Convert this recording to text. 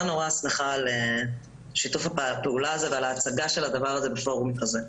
שמחה על שיתוף הפעולה הזה ועל ההצגה של הדבר הזה בפורום כזה.